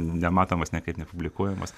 nematomas niekaip nepublikuojamas